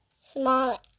small